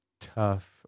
tough